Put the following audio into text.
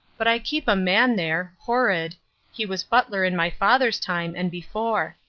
but i keep a man there horrod he was butler in my father's time and before.